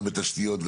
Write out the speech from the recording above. גם בתשתיות,